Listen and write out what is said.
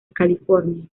california